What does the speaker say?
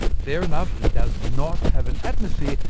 fair enough, it does not have an atmosphere,